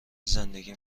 زندگی